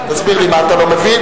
תסביר לי מה אתה לא מבין.